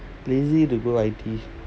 lazy to go I_T